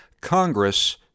Congress